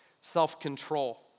self-control